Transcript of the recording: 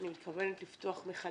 אני מתכוונת לפתוח את כל הנושא הזה